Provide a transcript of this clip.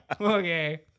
okay